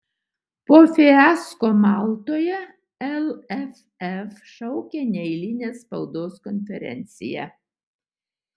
po fiasko maltoje lff šaukia neeilinę spaudos konferenciją